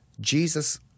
Jesus